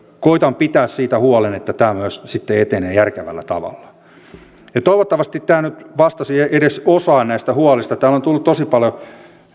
koetan pitää siitä huolen että tämä myös sitten etenee järkevällä tavalla toivottavasti tämä nyt vastasi edes osaan näistä huolista täällä on tullut tosi paljon